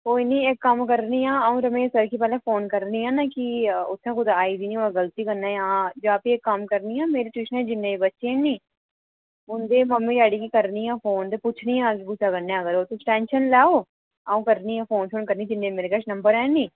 कोई नेईं इक कम्म करनी आं अ'ऊं रमेश सर गी पैह्ले फोन करनी आं ना कि उत्थै कुतै आई दी नीं होऐ गल्ती कन्नै जां फ्ही इक कम्म करनी आं मेरी ट्यूशना च जिन्ने बी बच्चे नीं उं'दे मम्मी डैडी गी करनी आं फोन ते पुच्छनी आं अगर कुसै कन्नै ऐ तां तुस टैंशन नेईं लेओ अ'ऊं करनी आ फोन शोन करनी जिन्ने मेरे कश नम्बर हैन नीं